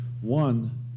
One